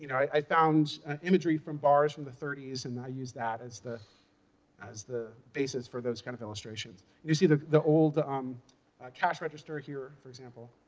you know i i found imagery from bars from the thirty s, and i used that as the as the basis for those kind of illustrations. you see the the old um cash register here for example.